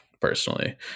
personally